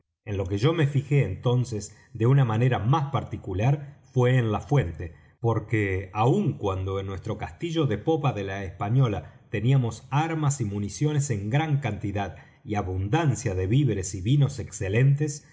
en lo que yo me fijé entonces de una manera más particular fué en la fuente porque aun cuando en nuestro castillo de popa de la española teníamos armas y municiones en gran cantidad y abundancia de víveres y vinos excelentes